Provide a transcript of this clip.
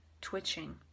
twitching